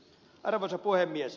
arvoisa puhemies